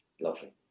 lovely